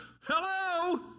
Hello